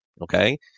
okay